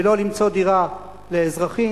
ולא למצוא דירה לאזרחים,